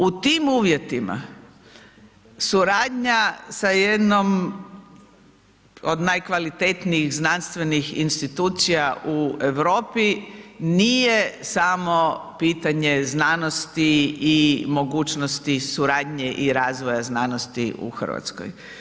U tim uvjetima suradnja sa jednom od najkvalitetnijih znanstvenih institucija u Europi nije samo pitanje znanosti mogućnosti suradnje i razvoja znanosti u Hrvatskoj.